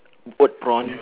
oat prawn